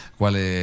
quale